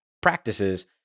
practices